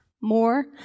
more